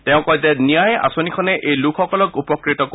তেওঁ কয় যে 'ন্যায়' আঁচনিখনে এই লোকসকলক উপকৃত কৰিব